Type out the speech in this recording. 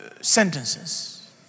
sentences